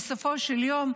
בסופו של יום,